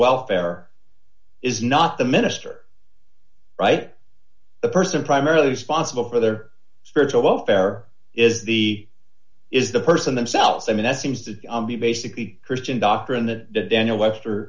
welfare is not the minister right a person primarily responsible for their spiritual welfare is the is the person themselves i mean that seems to be basically christian doctrine that daniel webster